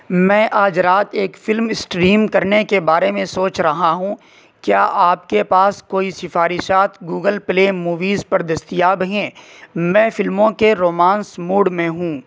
میں آج رات ایک فلم اسٹریم کرنے کے بارے میں سوچ رہا ہوں کیا آپ کے پاس کوئی سفارشات گوگل پلے موویز پر دستیاب ہیں میں فلموں کے رومانس موڈ میں ہوں